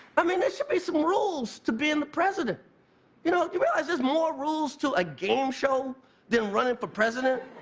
i mean, it should be some rules to being the president you know you realize there's more rules to a game show than running for president?